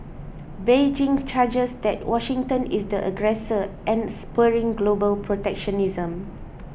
Beijing charges that Washington is the aggressor and spurring global protectionism